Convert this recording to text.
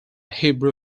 hebrew